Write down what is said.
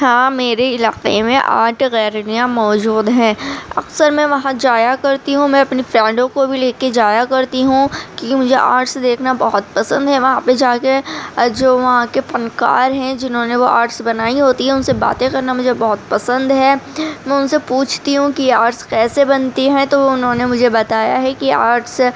ہاں میرے علاقے میں آرٹ گیلریاں موجود ہیں اکثر میں وہاں جایا کرتی ہوں میں اپنی فرینڈوں کو بھی لے کے جایا کرتی ہوں کیوں مجھے آرٹس دیکھنا بہت پسند ہے وہاں پہ جا کے جو وہاں کے فنکار ہیں جنہوں نے وہ آرٹس بنائی ہوتی ہیں ان سے باتیں کرنا مجھے بہت پسند ہے میں ان سے پوچھتی ہوں کہ آرٹس کیسے بنتی ہیں تو انہوں نے مجھے بتایا ہے کہ آرٹس